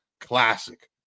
classic